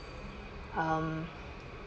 um